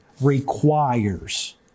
requires